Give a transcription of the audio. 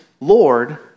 Lord